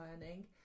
learning